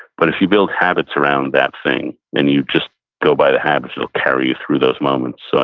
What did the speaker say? but if you build habits around that thing and you just go by the habits, it'll carry you through those moments. so